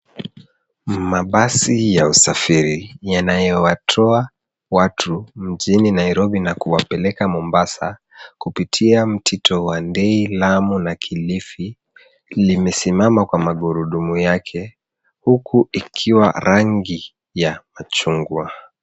Mabasi ya usafiri yanayowatoa watu mjini Nairobi na kuwapelekea Mombasa kupitia Mtitu wa Ndei, Lamu na Kilifi limesimama kwa magurudumu yake huku ikiwa rangi ya machungwa.